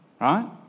right